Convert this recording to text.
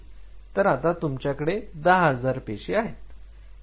तर आता तुमच्याकडे 10000 पेशी आहेत